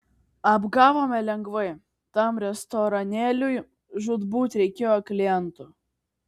apgavome lengvai tam restoranėliui žūtbūt reikėjo klientų